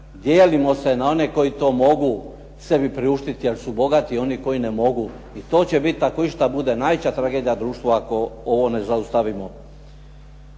Dijelimo se na one koji to mogu sebi priuštiti jer su bogati i oni koji ne mogu i to će biti, ako išta bude, najveća tragedija društva ako ovo ne zaustavimo.